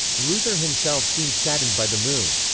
luther himself seemed saddened by the move.